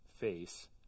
face